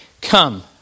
come